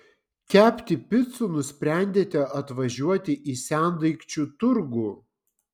kepti picų nusprendėte atvažiuoti į sendaikčių turgų